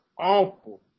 awful